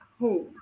home